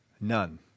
None